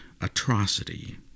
atrocity